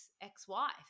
ex-wife